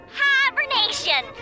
hibernation